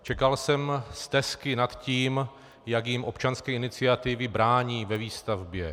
Čekal jsem stesky nad tím, jak jim občanské iniciativy brání ve výstavbě.